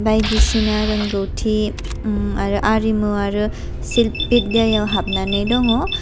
बायदिसिना रोंगौथि आरो आरिमु आरो सिल्प बिद्यायाव हाबनानै दङ